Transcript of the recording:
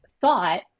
thought